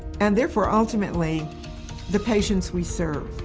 and therefore ultimately the patients we serve.